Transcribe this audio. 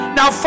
now